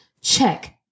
Check